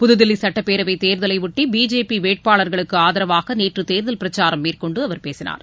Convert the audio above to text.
புதுதில்லி சுட்டப்பேரவைத் தேர்தலையொட்டி பிஜேபி வேட்பாளர்களுக்கு ஆதரவாக நேற்று தேர்தல் பிரச்சாரம் மேற்கொண்டு அவர் பேசினார்